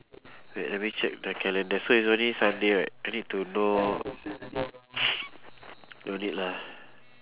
wait let me check the calendar so it's only sunday right I need to know don't need lah